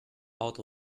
out